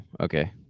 Okay